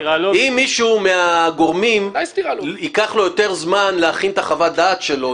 אם למישהו מהגורמים ייקח יותר זמן להכין את חוות הדעת שלו,